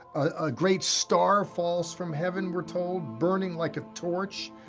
a great star falls from heaven, we're told, burning like a torch.